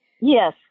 Yes